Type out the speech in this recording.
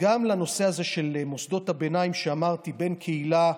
גם לנושא הזה של מוסדות הביניים, שאמרתי, בקהילה,